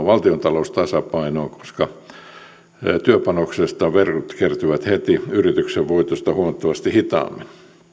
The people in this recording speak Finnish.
valtiontalous tasapainoon koska työpanoksesta verot kertyvät heti yrityksen voitosta huomattavasti hitaammin